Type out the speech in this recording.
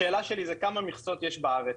השאלה שלי היא כמה מכסות יש בארץ?